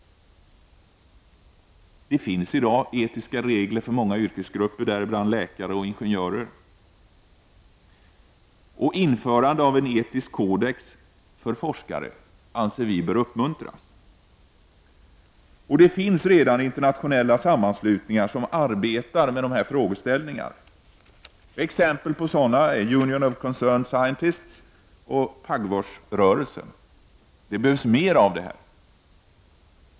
Det finns i dag etiska regler för många yrkesgrupper, däribland läkare och ingenjörer. Införande av en etisk kodex för forskare anser vi bör uppmuntras. Det finns redan internationella sammanslutningar som arbetar med dessa frågeställningar t.ex. Union of Concerned Scientists och Pugwashrörelsen. Det behövs mer av detta.